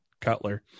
Cutler